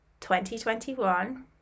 2021